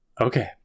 okay